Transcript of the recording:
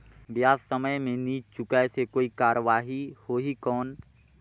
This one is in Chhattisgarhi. ब्याज समय मे नी चुकाय से कोई कार्रवाही होही कौन?